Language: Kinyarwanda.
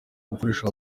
gukoresha